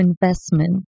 investment